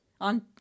on